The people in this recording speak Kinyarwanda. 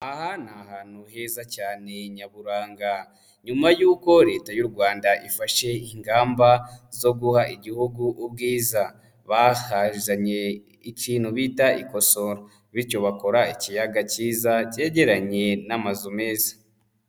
Aha ni ahantu heza cyane nyaburanga, nyuma y'uko Leta y'u Rwanda ifashe ingamba zo guha Igihugu ubwiza, bahazanye ikintu bita ikoso bityo bakora ikiyaga cyiza cyegeranye n'amazu meza.